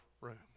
room